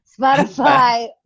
Spotify